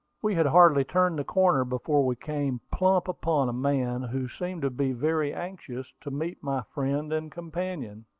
we had hardly turned the corner before we came plump upon a man who seemed to be very anxious to meet my friend and companion.